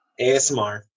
ASMR